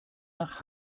nach